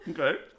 Okay